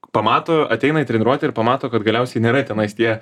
pamato ateina į treniruotę ir pamato kad galiausiai nėra tenais tie